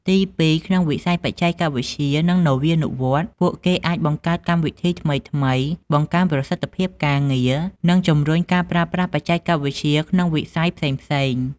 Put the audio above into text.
ទីពីរ ក្នុងវិស័យបច្ចេកវិទ្យា និងនវានុវត្តន៍ ពួកគេអាចបង្កើតកម្មវិធីថ្មីៗ បង្កើនប្រសិទ្ធភាពការងារ និងជំរុញការប្រើប្រាស់បច្ចេកវិទ្យាក្នុងវិស័យផ្សេងៗ។